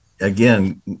again